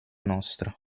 nostra